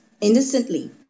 innocently